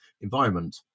environment